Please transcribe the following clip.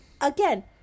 Again